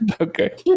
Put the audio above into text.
okay